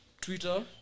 Twitter